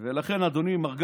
ולכן, אדוני מר גנץ,